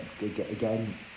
again